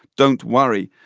don't worry,